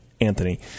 anthony